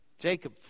Jacob